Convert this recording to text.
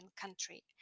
country